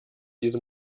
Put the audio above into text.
diese